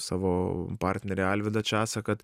savo partnerį alvydą česą kad